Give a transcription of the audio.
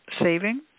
saving